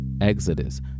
Exodus